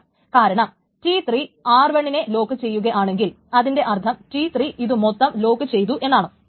ഇല്ല കാരണം T 3 R1 നെ ലോക്കു ചെയ്യുകയാണെങ്കിൽ അതിന്റെ അർത്ഥം T3 ഇതുമൊത്തം ലോക്കുചെയ്യുന്നു എന്നാണ്